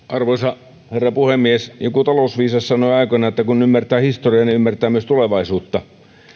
arvoisa herra puhemies joku talousviisas sanoi aikoinaan että kun ymmärtää historiaa ymmärtää myös tulevaisuutta